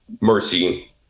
Mercy